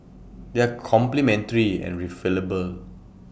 they are complementary and refillable